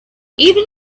even